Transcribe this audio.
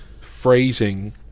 phrasing